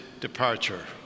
departure